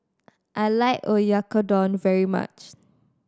I like Oyakodon very much